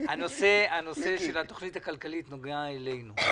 --- הנושא של התוכנית הכלכלית נוגע אלינו.